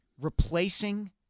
replacing